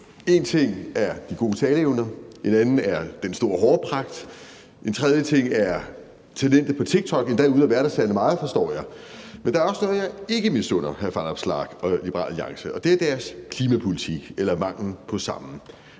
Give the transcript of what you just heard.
En ting er de gode taleevner, en anden ting er den store hårpragt, en tredje ting er talentet på TikTok, endda uden at være der særlig meget, forstår jeg. Men der er også noget, jeg ikke misunder hr. Alex Vanopslagh og Liberal Alliance, og det er deres klimapolitik eller manglen på samme.